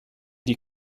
die